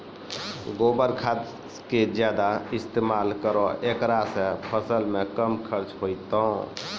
गोबर खाद के ज्यादा इस्तेमाल करौ ऐकरा से फसल मे कम खर्च होईतै?